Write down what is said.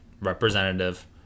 representative